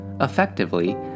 Effectively